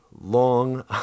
long